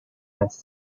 has